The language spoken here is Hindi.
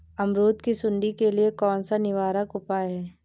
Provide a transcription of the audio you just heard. अमरूद की सुंडी के लिए कौन सा निवारक उपाय है?